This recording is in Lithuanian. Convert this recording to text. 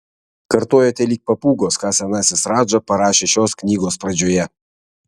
kartojate lyg papūgos ką senasis radža parašė šios knygos pradžioje